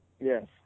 Yes